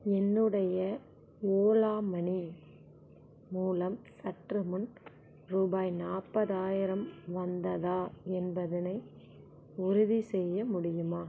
என்னுடைய Ola Money மூலம் சற்றுமுன் ரூபாய் நாற்பதாயிரம் வந்ததா என்பதனை உறுதிசெய்ய முடியுமா